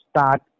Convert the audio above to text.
start